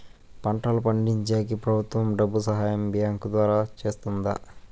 పంటలు పండించేకి ప్రభుత్వం డబ్బు సహాయం బ్యాంకు ద్వారా చేస్తుందా?